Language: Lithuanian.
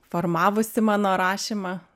formavosi mano rašymą